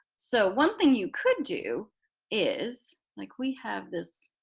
so one thing you could do is like we have this